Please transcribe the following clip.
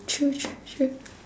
true true true